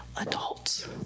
adults